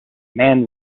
man